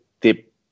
tip